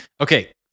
Okay